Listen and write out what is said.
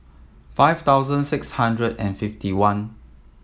five thousand six hundred and fifty one